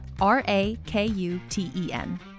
R-A-K-U-T-E-N